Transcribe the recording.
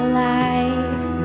life